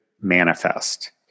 manifest